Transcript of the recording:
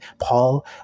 Paul